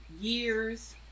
years